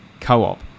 co-op